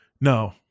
no